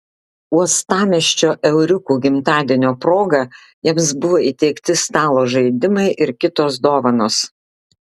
uostamiesčio euriukų gimtadienio proga jiems buvo įteikti stalo žaidimai ir kitos dovanos